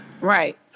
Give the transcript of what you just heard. Right